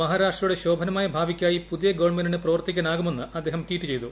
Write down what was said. മഹാരാഷ്ട്രയുടെ ശോഭനമായ ഭാവിയ്ക്കായി പുതിയ ഗവൺമെന്റിന് പ്രവർത്തിക്കാനാകുമെന്ന് അദ്ദേഹം ടൂറ്റ് ചെയ്തു